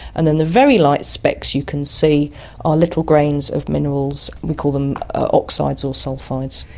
and then the very light specks you can see are little grains of minerals, we call them oxides or sulphides.